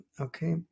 okay